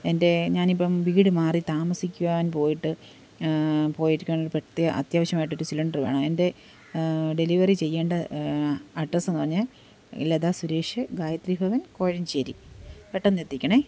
എൻ്റെ ഞാനിപ്പം വീട് മാറി താമസിക്കുവാൻ പോയിട്ട് പോയിട്ട് അത്യാവശ്യമായിട്ടൊരു സിലിണ്ടർ വേണം എൻറെ ഡെലിവറി ചെയ്യേണ്ട അഡ്രസ്സ് എന്ന് പറഞ്ഞാൽ ലത സുരേഷ് ഗായത്രി ഭവൻ കോഴഞ്ചേരി പെട്ടെന്ന് എത്തിക്കണേ